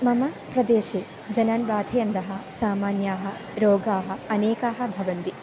मम प्रदेशे जनान् बाधयन्तः सामान्याः रोगाः अनेकाः भवन्ति